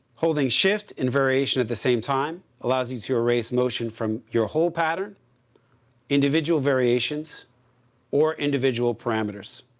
holding shift and variation at the same time allows you to erase motion from your whole pattern individual variations or individual parameters.